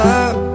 up